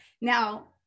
Now